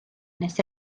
nes